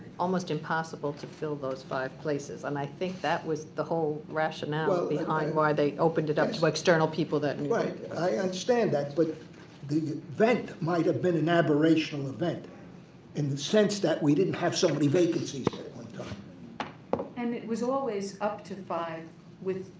almost impossible to fill those five places and i think that was the whole rationale behind where they opened it up to external people. and right, i understand that but the event might have been an aberrational event in the sense that we didn't have so many vacancies and it was always up to five with.